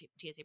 TSA